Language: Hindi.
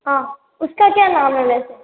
हाँ उसका क्या नाम है वैसे